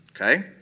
Okay